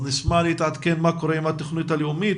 אז נשמח להתעדכן מה קורה עם התוכנית הלאומית.